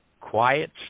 quiet